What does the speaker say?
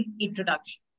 introduction